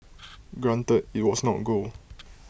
granted IT was not gold